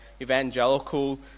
evangelical